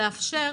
זה לאפשר